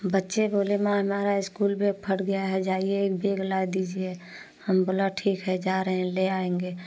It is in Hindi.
बच्चे बोले माँ हमारा स्कूल बैग फट गया है जाइए एक बैग ला दीजिए हम बोला ठीक है जा रहे हैं ले आएँगे